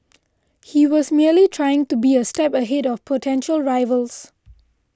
he was merely trying to be a step ahead of potential rivals